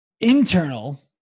Internal